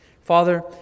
Father